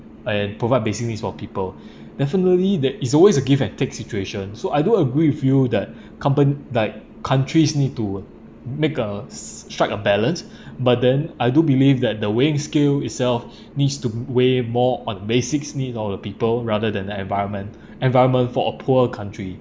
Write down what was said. and provide basic needs for people definitely there is always a give and take situation so I do agree with you that compa~ like countries need to make a strike a balance but then I do believe that the weighing scale itself needs to weigh more on basics need of the people rather than the environment environment for a poor country